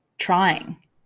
trying